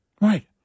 Right